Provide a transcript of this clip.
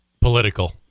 Political